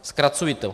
Zkracuji to.